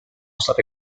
state